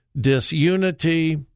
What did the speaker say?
disunity